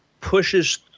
pushes